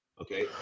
okay